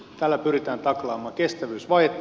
tällä pyritään taklaamaan kestävyysvajetta